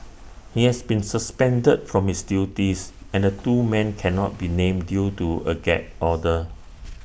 he has been suspended from his duties and the two men cannot be named due to A gag order